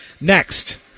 Next